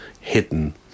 hidden